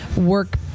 work